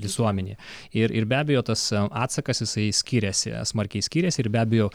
visuomenėj ir ir be abejo tas atsakas jisai skiriasi smarkiai skiriasi ir be abejo